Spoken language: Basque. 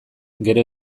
gero